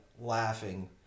laughing